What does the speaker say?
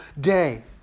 day